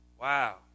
Wow